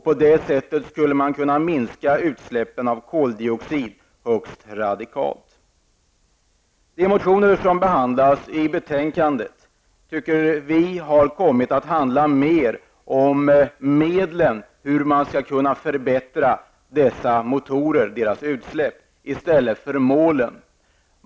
På detta sätt skulle man kunna minska utsläppen av koldioxid högst radikalt. De motioner som behandlas i betänkandet tycker vi har kommit att handa mer om medlen hur man skall kunna förbättra dessa motorer och deras utsläpp i stället för målen.